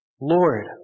Lord